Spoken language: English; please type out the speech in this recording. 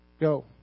Go